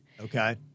Okay